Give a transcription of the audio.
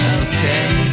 okay